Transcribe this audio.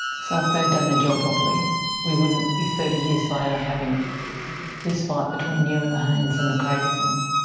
so if they'd done the job properly we wouldn't be thirty years later having this fight between you and the haines and the craigie family.